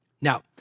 Now